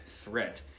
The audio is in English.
threat